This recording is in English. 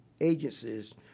agencies